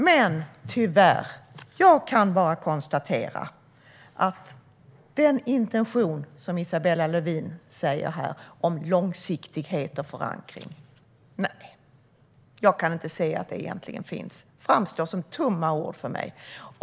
Men jag kan tyvärr bara konstatera den intention som Isabella Lövin här säger är långsiktighet och förankring inte är verklighet. Jag kan inte se att det egentligen finns. Det framstår som tomma ord för mig.